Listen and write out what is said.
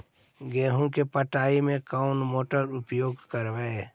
गेंहू के पटवन में कौन मोटर उपयोग करवय?